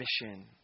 mission